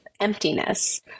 emptiness